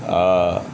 err